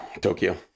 Tokyo